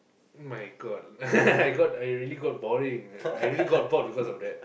my god I got I really got boring I really got bored because of that